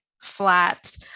flat